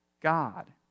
God